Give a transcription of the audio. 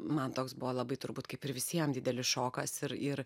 man toks buvo labai turbūt kaip ir visiem didelis šokas ir ir